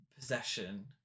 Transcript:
Possession